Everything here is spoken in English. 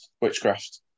Witchcraft